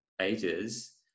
ages